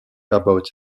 about